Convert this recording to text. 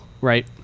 right